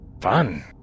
Fun